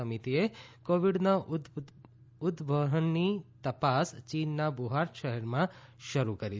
સમિતિએ કોવીડના ઉદવહનની તપાસ ચીનના વુહાન શહેરમાં શરૂ કરી છે